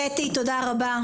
קטי, תודה רבה.